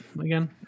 again